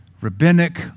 rabbinic